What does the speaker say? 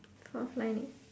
fourth line